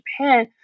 Japan